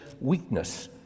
weakness